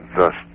thus